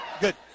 Good